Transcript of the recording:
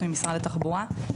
משרד התחבורה.